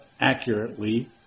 accurately